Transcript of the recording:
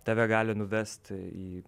tave gali nuvest į